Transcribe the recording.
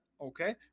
okay